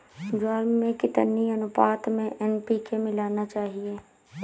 ज्वार में कितनी अनुपात में एन.पी.के मिलाना चाहिए?